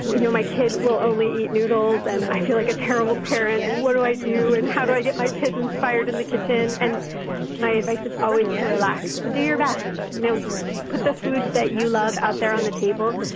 you know my kid will only eat noodles. and i feel like a terrible parent. and what do i do? and, how do i get my kids inspired in the kitchen? and my advice is always to relax, to do your best, you know put the foods that you love out there on the table.